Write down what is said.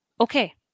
Okay